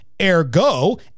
Ergo